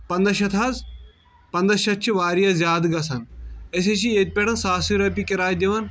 پنٛداہ شیٚتھ حظ پنٛداہ شیٚتھ چھِ واریاہ زیادٕ گژھان أسۍ حظ چھِ ییٚتہِ پٮ۪ٹھن ساسٕے رۄپیہِ کِرایہِ دِاون